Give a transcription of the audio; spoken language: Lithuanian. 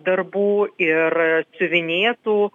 darbų ir siuvinėtų